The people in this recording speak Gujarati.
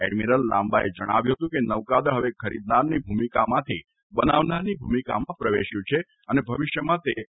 એડમિરલ લાંબાએ જણાવ્યું હતું કે નૌકાદળ હવે ખરીદનારની ભૂમિકામાંથી બનાવનારની ભૂમિકામાં પ્રવેશ્યું છે અને ભવિષ્યમાં તેઓ વધુ પ્રગતિ કરશે